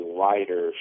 wider